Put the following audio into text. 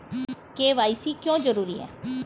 KYC क्यों जरूरी है?